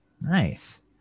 Nice